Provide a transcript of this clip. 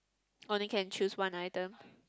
only can choose one item